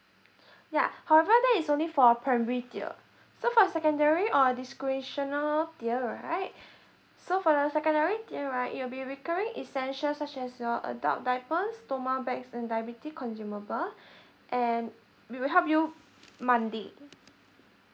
yeah however that is only for primary tier so for secondary or discretional tier right so for the secondary tier right it will be recurring essential such as your adult diapers diabetic consumable and we will help you monthly